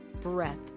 breath